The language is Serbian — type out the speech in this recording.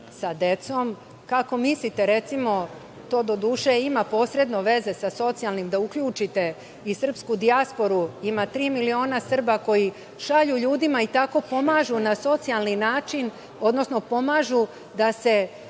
sa decom? Kako mislite, recimo, to doduše ima posredno veze sa socijalnim, da uključite i srpsku dijasporu? Ima tri miliona Srba koji šalju ljudima i tako pomažu na socijalni način, odnosno pomažu da